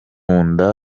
nda